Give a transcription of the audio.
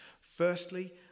Firstly